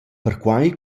perquai